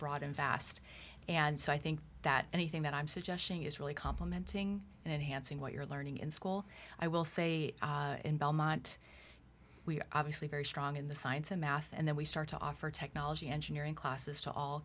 vast and so i think that anything that i'm suggesting is really complimenting enhancing what you're learning in school i will say in belmont we are obviously very strong in the science and math and then we start to offer technology engineering classes to all